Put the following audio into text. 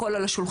הכל על השולחן,